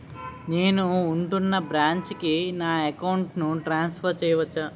నేను ఉంటున్న బ్రాంచికి నా అకౌంట్ ను ట్రాన్సఫర్ చేయవచ్చా?